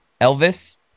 Elvis